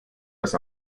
das